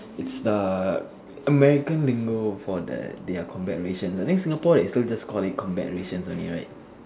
it's a American lingo for the their combat rations I think Singapore is still call it combat rations only right